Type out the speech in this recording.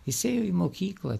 jis ėjo į mokyklą